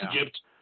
Egypt